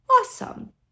awesome